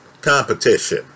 competition